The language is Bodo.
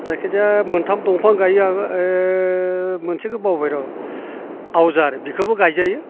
जायखिजाया मोनथाम दंफां गायो आङो ओ मोनसेखो बावबाय र' आवजार बिखोबो गायजायो